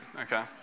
okay